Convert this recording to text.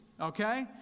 okay